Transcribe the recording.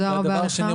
ודבר שני,